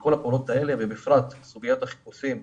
שכל הפעולות האלה ובפרט סוגיית החיפושים